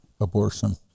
abortion